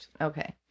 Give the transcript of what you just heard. okay